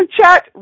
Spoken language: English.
Chat